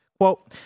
Quote